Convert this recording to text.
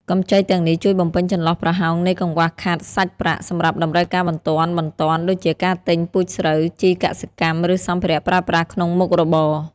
កម្ចីទាំងនេះជួយបំពេញចន្លោះប្រហោងនៃកង្វះខាតសាច់ប្រាក់សម្រាប់តម្រូវការបន្ទាន់ៗ ដូចជាការទិញពូជស្រូវ ជីកសិកម្ម ឬសម្ភារៈប្រើប្រាស់ក្នុងមុខរបរ។